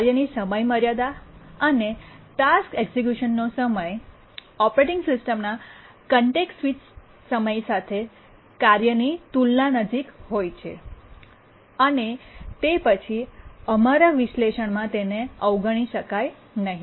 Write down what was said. કાર્યની સમયમર્યાદા અને ટાસ્ક એક્ઝેક્યુશનનો સમય ઓપરેટીંગ સિસ્ટમના કોન્ટેક્સ્ટ સ્વિચ ટાઇમ સાથે કાર્યની તુલનાત્મક નજીક છે તે પછી અમારા વિશ્લેષણમાં તેને અવગણી શકાય નહીં